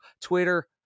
Twitter